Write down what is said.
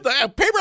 Paper